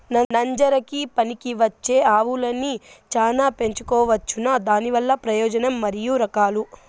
నంజరకి పనికివచ్చే ఆవులని చానా పెంచుకోవచ్చునా? దానివల్ల ప్రయోజనం మరియు రకాలు?